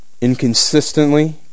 inconsistently